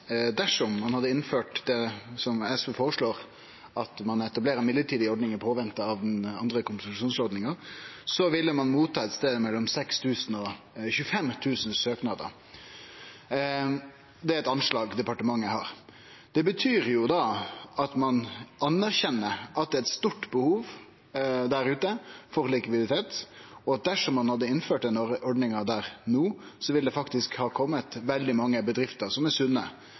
dersom ein hadde innført det SV føreslår, at ein etablerer ei midlertidig ordning mens ein ventar på den andre kompensasjonsordninga, ville ein motta ein stad mellom 6 000 og 25 000 søknader. Det er eit anslag departementet har. Det betyr at ein anerkjenner at det er eit stort behov der ute for likviditet, og at dersom ein hadde innført denne ordninga no, ville det faktisk ha kome veldig mange sunne og levedyktige bedrifter